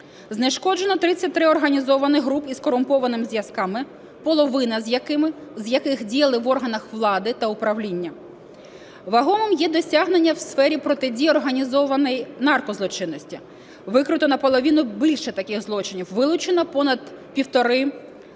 Знешкоджено 33 організованих групи із корумпованими зв'язками, половина з яких діяли в органах влади та управління. Вагомим є досягнення в сфері протидії організованої наркозлочинності, викрито на половино більше таких злочинів, вилучено понад півтори